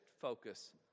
focus